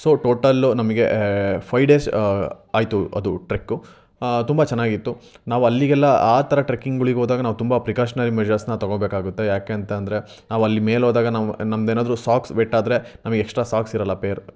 so total ನಮಗೆ five days ಆಯಿತು ಅದು ಟ್ರೆಕ್ಕು ತುಂಬ ಚೆನ್ನಾಗಿತ್ತು ನಾವು ಅಲ್ಲಿಗೆಲ್ಲ ಆ ಥರ ಟ್ರೆಕಿಂಗ್ಗಳಿಗೋದಾಗ ನಾವು ತುಂಬ ಪ್ರಿಕಾರ್ಶ್ನರಿ ಮೆಷರ್ಸ್ನ ತೊಗೋಬೇಕಾಗುತ್ತೆ ಯಾಕೆಂತ ಅಂದರೆ ನಾವು ಅಲ್ಲಿ ಮೇಲೆ ಹೋದಾಗ ನಾವು ನಮ್ದು ಏನಾದ್ರೂ ಸಾಕ್ಸ್ ವೆಟ್ ಆದರೆ ನಮಗೆ ಎಕ್ಸ್ಟ್ರಾ ಸಾಕ್ಸ್ ಇರೋಲ್ಲ ಪೇರ್